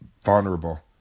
vulnerable